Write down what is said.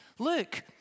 Look